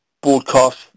broadcast